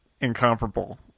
Incomparable